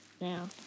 now